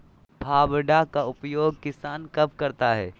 फावड़ा का उपयोग किसान कब करता है?